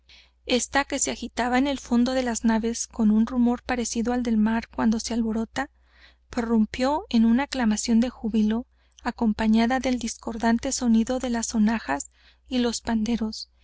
esta que se agitaba en el fondo de las naves con un rumor parecido al del mar cuando se alborota prorrumpió en una aclamación de júbilo acompañada del discordante sonido de las sonajas y los panderos